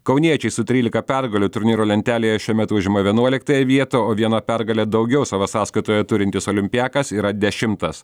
kauniečiai su trylika pergalių turnyro lentelėje šiuo metu užima vienuoliktąją vietą o viena pergale daugiau savo sąskaitoje turintis olimpiakas yra dešimtas